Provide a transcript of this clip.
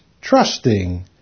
trusting